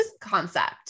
concept